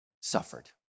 suffered